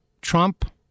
Trump